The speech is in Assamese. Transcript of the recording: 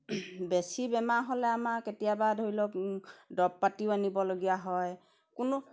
বেছি বেমাৰ হ'লে আমাৰ কেতিয়াবা ধৰি লওক দৰৱ পাতিও আনিবলগীয়া হয় কোনো